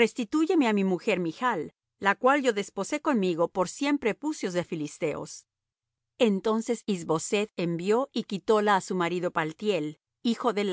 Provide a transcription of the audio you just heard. restitúyeme á mi mujer michl la cual yo desposé conmigo por cien prepucios de filisteos entonces is boseth envió y quitóla á su marido paltiel hijo de